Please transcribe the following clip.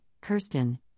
Kirsten